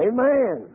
Amen